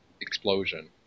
explosion